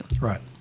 Right